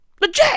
Legit